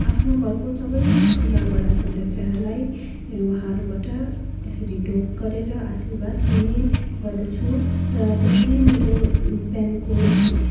आफ्नो घरको सबै ठुलाबडा सदस्यहरूलाई उहाँहरूबाट यसरी ढोग गरेर आशीर्वाद लिने गर्दछु र त्यसरी मेरो बिहानको